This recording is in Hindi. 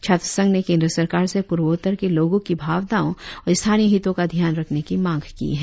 छात्र संघ ने केंद्र सरकार से पूर्वोत्तर के लोगों की भावनाओं और स्थानीय हितों का ध्यान रखने की मांग की है